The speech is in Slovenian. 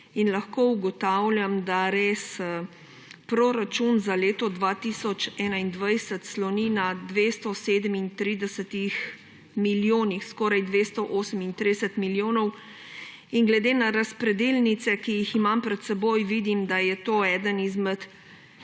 in lahko ugotavljam, da res, proračun za leto 2021 sloni na 237 milijonih, skoraj 238 milijonov, in glede na razpredelnice, ki jih imam pred seboj, vidim, da je to eden izmed